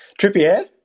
Trippier